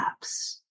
apps